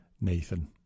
Nathan